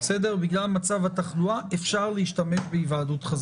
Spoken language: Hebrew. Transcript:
להיעשות על ידי הנהלת בתי